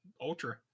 Ultra